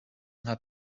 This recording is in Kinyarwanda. nka